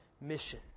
mission